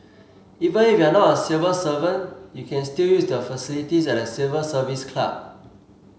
even if you are not a civil servant you can still use the facilities at the Civil Service Club